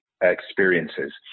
experiences